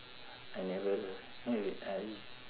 I never wait wait I